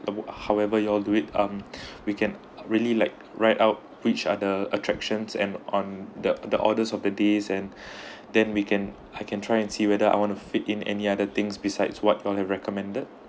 uh however you all do it um we can really like write out which are the uh attractions and on the orders of the days and then we can I can try and see whether I want to fit in any other things besides what you all have recommended